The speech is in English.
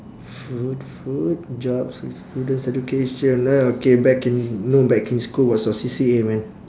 food food jobs students education ah okay back in know back in school what's your C_C_A man